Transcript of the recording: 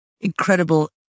incredible